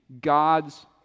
God's